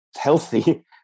healthy